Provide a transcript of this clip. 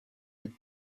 and